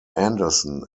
anderson